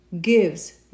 gives